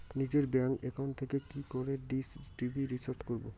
নিজের bank account থেকে কি করে ডিশ টি.ভি রিচার্জ করবো?